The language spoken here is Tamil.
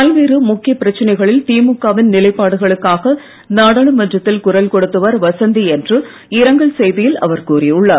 பல்வேறு முக்கிய பிரச்சனைகளில் திமுக வின் நிலைப்பாடுகளுக்காக நாடரளுமன்றத்தில் குரல் கொடுத்தவர் வசந்தி என்று இரங்கல் செய்தியில் அவர் கூறியுள்ளார்